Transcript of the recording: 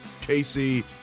Casey